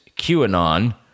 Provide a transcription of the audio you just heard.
QAnon